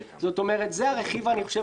אני חושב